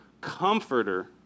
comforter